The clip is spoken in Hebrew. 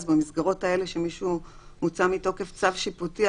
אז במסגרות האלה שמישהו הוצא מתוקף צו שיפוטי,